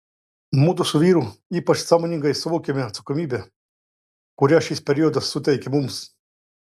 mudu su vyru ypač sąmoningai suvokėme atsakomybę kurią šis periodas suteikė mums